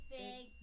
big